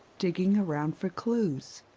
digging around for clues.